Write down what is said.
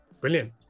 Brilliant